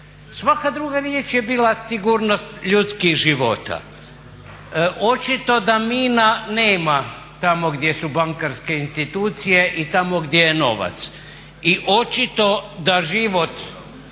svaka druga riječ je bila sigurnost ljudskih života. Očito da mina nema tamo gdje su bankarske institucije i tamo gdje je novac. I očito da život